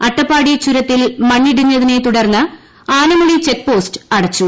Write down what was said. അട്ടപ്പാടി ചുരത്തിൽ മണ്ണിടിഞ്ഞതിനെ തുടർന്ന് ആനമുളി ചെക് പോസ്റ്റ് അടച്ചു